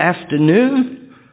afternoon